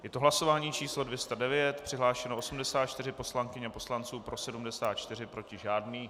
Je to hlasování číslo 209, přihlášeno je 84 poslankyň a poslanců, pro 74, proti žádný.